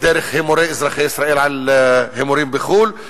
דרך הימורי אזרחי ישראל בהימורים בחו"ל.